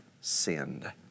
sinned